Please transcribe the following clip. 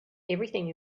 everything